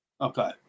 Okay